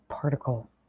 particle